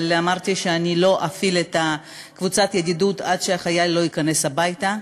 אבל אמרתי שלא אפעיל את קבוצת הידידות עד שהחייל לא ייכנס הביתה,